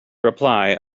reply